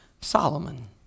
Solomon